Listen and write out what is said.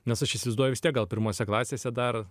nes aš įsivaizduoju vis tiek gal pirmose klasėse dar